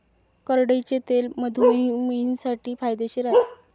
करडईचे तेल मधुमेहींसाठी फायदेशीर आहे